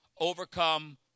overcome